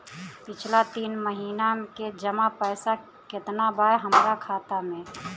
पिछला तीन महीना के जमा पैसा केतना बा हमरा खाता मे?